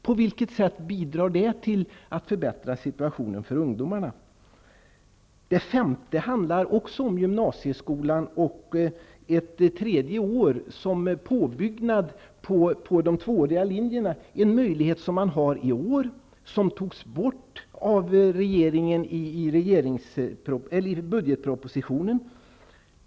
På vilket sätt bidrar det till att förbättra situationen för ungdomarna? Den femte frågan handlar också om gymnasieskolan och ett tredje år som påbyggnad på de tvååriga linjerna, en möjlighet som man har i år, men som togs bort av regeringen i budgetpropositionen.